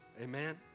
Amen